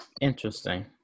Interesting